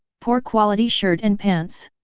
poor quality shirt and pants.